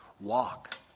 walk